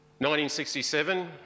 1967